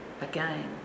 again